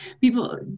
people